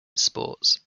sports